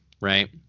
right